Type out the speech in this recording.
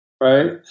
Right